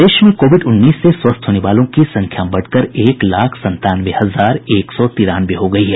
प्रदेश में कोविड उन्नीस से स्वस्थ होने वालों की संख्या बढ़कर एक लाख संतानवे हजार एक सौ तिरानवे हो गयी है